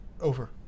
Over